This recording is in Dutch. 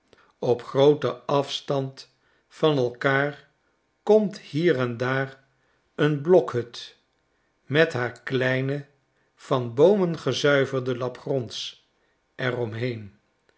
op grooten afstand van elkaar komt hier en daar een blokhut met haar kleine van boomen gezuiverde lap gronds er omheen